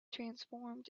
transformed